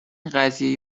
قضیه